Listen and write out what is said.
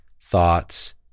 thoughts